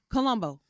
Colombo